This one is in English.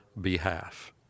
behalf